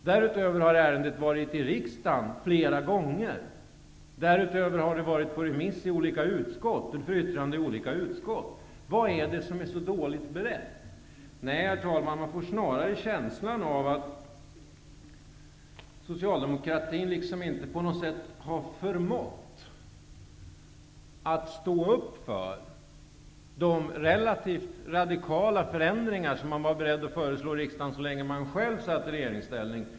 Därutöver har ärendet varit i riksdagen flera gånger och för yttrande i olika utskott. Vad är det som är så dåligt berett? Nej, herr talman, man får snarare känslan av att Socialdemokraterna, nu när det är en borgerlig regering som lägger fram förslaget, liksom inte förmår stå upp för de relativt radikala förändringar som de var beredda att föreslå riksdagen så länge de själva satt i regeringsställning.